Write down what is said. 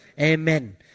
Amen